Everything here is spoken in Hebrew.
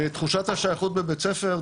תחושת השייכות בבית הספר,